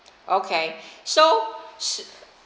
okay so s~